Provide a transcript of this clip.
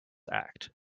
act